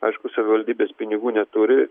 aišku savivaldybės pinigų neturi